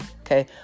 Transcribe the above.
okay